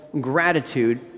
Gratitude